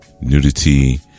nudity